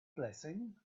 blessing